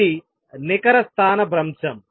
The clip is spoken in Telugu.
అది నికర స్థానభ్రంశం